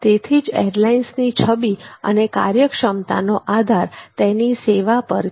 તેથી જ એરલાઇન્સની છબી અને કાર્યક્ષમતાનો આધાર તેની સેવા પર છે